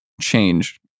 change